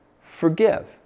forgive